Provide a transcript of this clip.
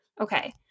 Okay